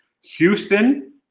Houston